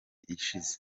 ishize